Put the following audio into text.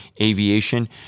aviation